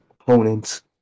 opponents